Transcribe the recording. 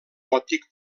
gòtic